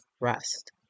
rest